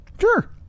Sure